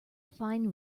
fine